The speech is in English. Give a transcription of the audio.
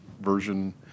version